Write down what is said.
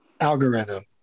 algorithm